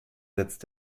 setzt